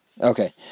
Okay